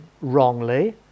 wrongly